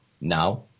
now